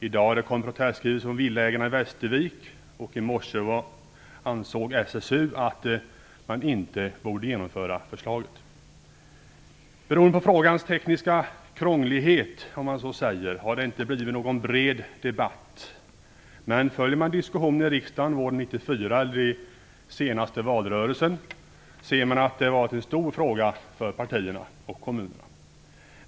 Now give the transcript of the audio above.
I dag har det kommit en protestskrivelse från villaägarna i Västervik, och i morse ansåg SSU att man inte borde genomföra förslaget. Beroende på frågans tekniska krånglighet har det inte blivit någon bred debatt. Men följer man diskussionen i riksdagen våren 1994 eller i senaste valrörelsen ser man att det varit en stor fråga för partierna och kommunerna.